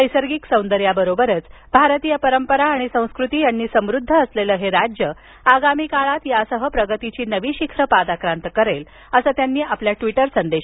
नैसर्गिक सौंदर्याबरोबरच भारतीय परंपरा संस्कृती यांनी समुद्ध असलेलं हे राज्य आगामी काळात यासह आणि प्रगतीची नवी शिखरं पादाक्रांत करेल असं त्यांनी आपल्या ट्वीटर संदेशात म्हटलं आहे